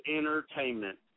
entertainment